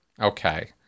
Okay